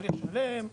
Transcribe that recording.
דבר נוסף,